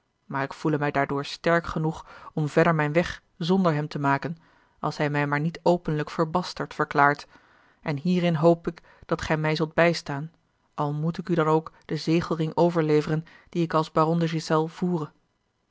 maar ik voele mij daardoor sterk genoeg om verder mijn weg zonder hem te maken als hij mij maar niet openlijk voor bastert verklaart en hierin hoop ik dat gij mij zult bijstaan al moet ik u dan ook den zegelring overleveren dien ik als baron de ghiselles voere